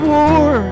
war